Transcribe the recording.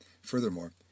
Furthermore